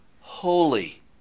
holy